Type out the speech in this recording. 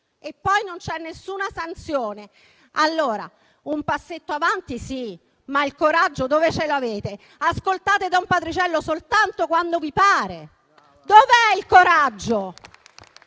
ma poi non c'è alcuna sanzione. Un passetto avanti, allora, sì, ma il coraggio dove lo avete? Ascoltate don Patriciello soltanto quando vi pare. Dov'è il coraggio?